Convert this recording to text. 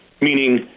Meaning